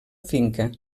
finca